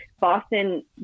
Boston